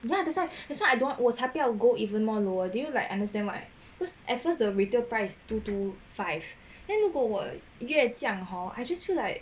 ya that's why that's why I don't 才不要 go even more lower do you like understand what at first the retail price two two five and 如果我越将 hor I just feel like